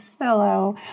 hello